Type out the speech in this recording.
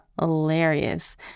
hilarious